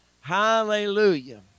Hallelujah